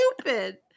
Stupid